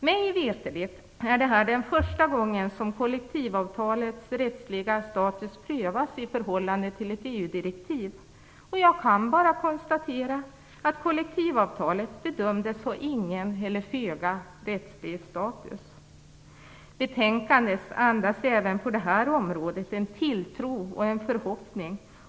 Mig veterligt är detta den första gången som kollektivavtalets rättsliga status prövas i förhållande till ett EU-direktiv. Jag kan bara konstatera att kollektivavtalet bedömdes ha ingen eller föga rättslig status. Betänkandet andas även på det här området en tilltro och en förhoppning.